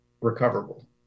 recoverable